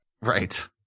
Right